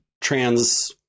trans